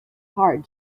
hard